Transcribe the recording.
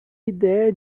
ideia